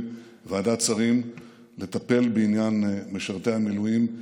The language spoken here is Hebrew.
ועדת שרים לטפל בעניין משרתי המילואים.